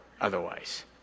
otherwise